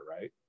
right